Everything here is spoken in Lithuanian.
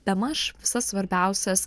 bemaž visas svarbiausias